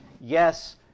yes